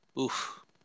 oof